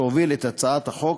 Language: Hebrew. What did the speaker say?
שהוביל את הצעת החוק.